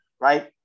Right